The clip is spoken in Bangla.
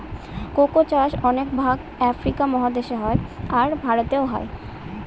কোকো চাষ অনেক ভাগ আফ্রিকা মহাদেশে হয়, আর ভারতেও হয়